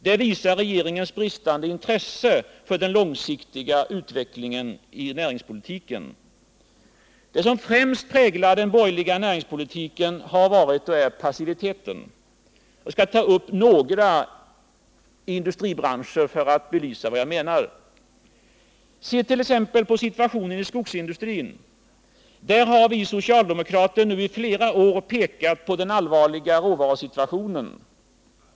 Det visar regeringens bristande intresse för den långsiktiga utvecklingen i näringspolitiken. Vad som främst präglar den borgerliga näringspolitiken är och har varit passiviteten. Jag skall ta upp några industribrancher för att belysa vad jag menar. på situationen i skogsindustrin. Där har vi socialdemokrater nu i flera år pekat på den allvarliga råvarusituationen.